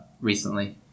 recently